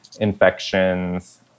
infections